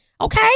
okay